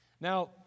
Now